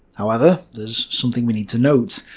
however, there's something we need to note.